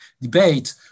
debate